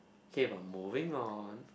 okay we're moving on